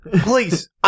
Please